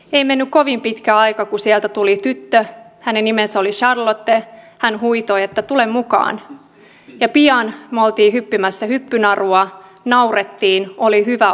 ei mennyt kovin pitkä aika kun sieltä tuli tyttö hänen nimensä oli charlotte ja hän huitoi että tule mukaan ja pian me olimme hyppimässä hyppynarua nauroimme oli hyvä olo